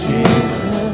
Jesus